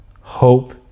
Hope